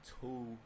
two